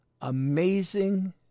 Amazing